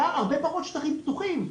הרבה פחות שטחים פתוחים.